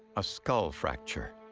a skull fracture.